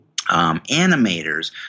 animators